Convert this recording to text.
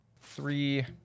Three